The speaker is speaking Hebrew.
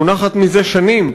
מונחת מזה שנים.